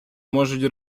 можуть